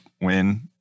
win